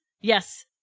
Yes